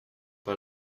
pas